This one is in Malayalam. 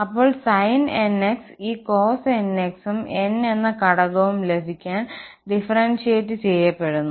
അപ്പോൾ sin nx ഈ cos nx ഉം n എന്ന ഘടകവും ലഭിക്കാൻ ഡിഫറന്സിയേറ്റ് ചെയ്യപ്പെടുന്നു